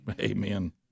Amen